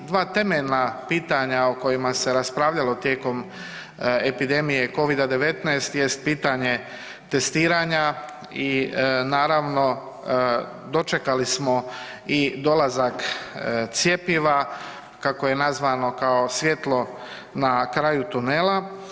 Dva temeljna pitanja o kojima se raspravljalo tijekom epidemije covida-19 jest pitanje testiranja i naravno dočekalil smo i dolazak cjepiva kako je nazvano kao svjetlo na kraju tunela.